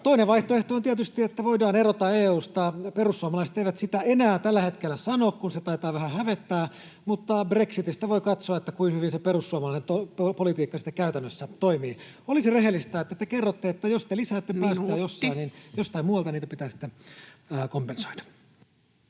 Toinen vaihtoehto on tietysti, että voidaan erota EU:sta. Perussuomalaiset eivät sitä enää tällä hetkellä sano, kun se taitaa vähän hävettää, mutta brexitistä voi katsoa, kuinka hyvin se perussuomalainen politiikka sitten käytännössä toimii. Olisi rehellistä, että te kerrotte, että jos te lisäätte päästöjä [Puhemies: Minuutti!] jossain, niin jostain muualta niitä pitää sitten kompensoida.